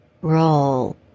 roll